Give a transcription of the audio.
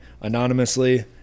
anonymously